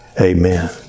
Amen